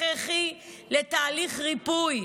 הכרחי, לתהליך ריפוי.